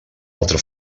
altra